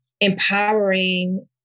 empowering